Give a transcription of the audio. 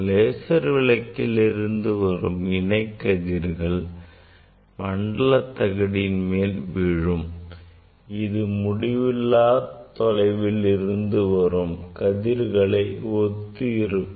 laser விளக்கில் இருந்து வரும் இணை கதிர்கள் மண்டல தகட்டில் விழும் அது முடிவிலா தொலைவில் இருந்து வரும் கதிர்களை ஒத்து இருக்கும்